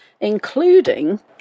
including